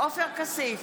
עופר כסיף,